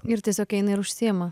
ir tiesiog eina ir užsiima